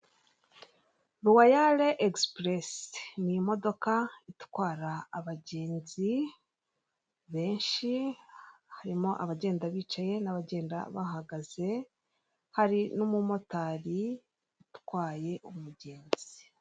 Ruwayare egisipuresi, ni imodoka itwara abagenzi benshi harimo abagenda bicaye n'abagenda bahagaze hari n'umumotari utwaye umugenzi.